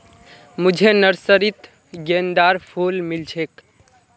मुझे नर्सरी त गेंदार फूल मिल छे